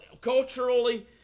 Culturally